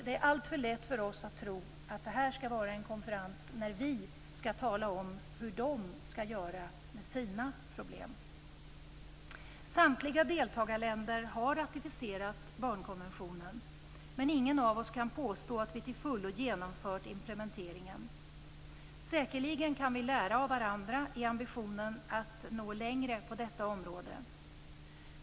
Det är alldeles för lätt för oss att tro att det här skall vara en konferens där vi skall tala om hur de skall göra med sina problem. Samtliga deltagarländer har ratificerat barnkonventionen, men ingen av oss kan påstå att vi till fullo genomfört implementeringen. Säkerligen kan vi lära av varandra i ambitionen att nå längre på detta område.